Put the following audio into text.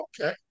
okay